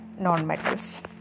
non-metals